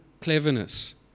cleverness